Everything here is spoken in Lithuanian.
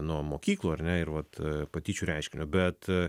nuo mokyklų ar ne ir vat patyčių reiškinio bet